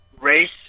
race